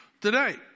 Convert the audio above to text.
today